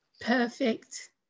Perfect